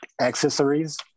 accessories